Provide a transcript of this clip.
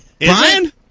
Brian